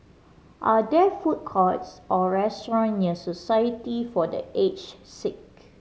are there food courts or restaurants near Society for The Aged Sick